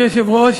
היושבת-ראש,